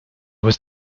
was